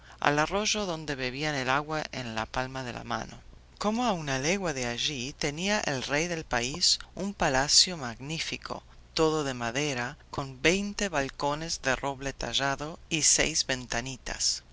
al arroyo donde bebían el agua en la palma de la mano como a una legua de allí tenía el rey del país un palacio magnífico todo de madera con veinte balcones de roble tallado y seis ventanitas